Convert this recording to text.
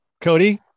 Cody